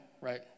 right